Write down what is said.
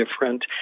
different